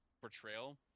portrayal